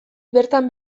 bertan